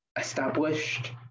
established